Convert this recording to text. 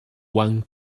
one